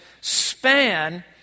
span